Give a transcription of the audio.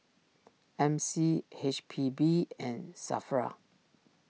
M C H P B and Safra